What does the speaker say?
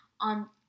on